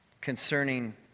concerning